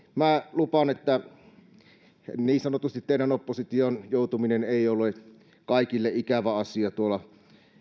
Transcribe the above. lupaan että teidän oppositioon joutumisenne ei ole kaikille ikävä asia tuolla